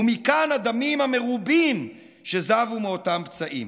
ומכאן הדמים המרובים שזבו מאותם פצעים.